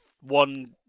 one